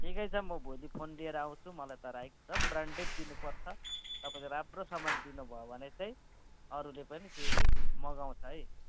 ठिकै छ म भोलि फोन लिएर आउँछु मलाई तर एकदम ब्रान्डेड दिनुपर्छ तपाईँको राम्रो सामान दिनुभयो भने चाहिँ अरूले पनि फेरि मगाउँछ है